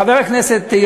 חבר הכנסת,